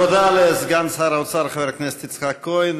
תודה לסגן שר האוצר חבר הכנסת יצחק כהן,